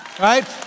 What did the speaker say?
right